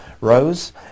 rose